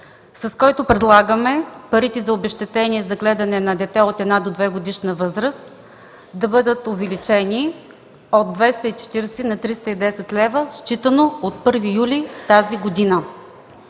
с който предлагаме парите за обезщетение за гледане на дете от една- до двегодишна възраст да бъдат увеличени от 240 на 310 лв., считано от 1 юли тази година.